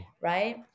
right